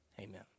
amen